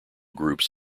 groups